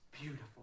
beautiful